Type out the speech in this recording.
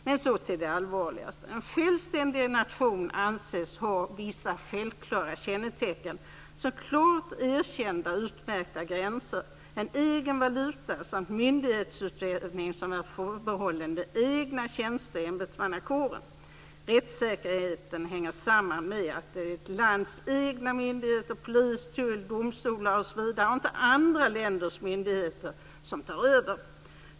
Men så till det allvarligaste: En självständig nation anses ha vissa självklara kännetecken som klart erkända och utmärkta gränser, en egen valuta samt en myndighetsutövning som är förbehållen den egna tjänste och ämbetsmannakåren. Rättssäkerheten hänger samman med att ett land har sina egna myndigheter - polis, tull och domstolar osv. - och att inte andra länders myndigheter tar över.